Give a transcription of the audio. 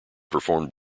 performed